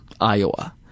Iowa